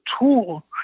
tool